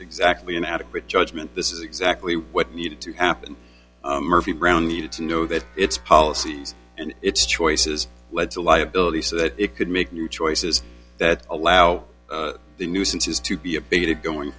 exactly an adequate judgement this is exactly what needed to happen murphy brown needed to know that its policies and its choices lead to liability so that it could make new choices that allow the nuisances to be a bigoted going